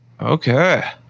Okay